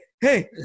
Hey